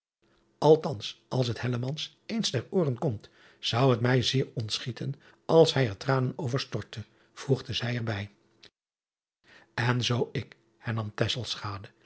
lthans als het eens ter ooren komt zou het mij zeer ontschieten als hij er tranen over stortte voegde zij er bij n zoo ik